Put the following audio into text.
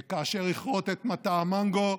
וכאשר יכרות את מטע המנגו,